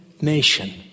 nation